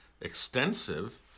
extensive